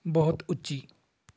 ਬਹੁਤ ਉੱਚੀ